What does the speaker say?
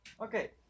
Okay